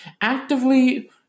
actively